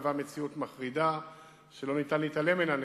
יוצרת מציאות מחרידה שאי-אפשר להתעלם ממנה.